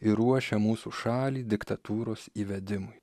ir ruošia mūsų šalį diktatūros įvedimui